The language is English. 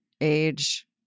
age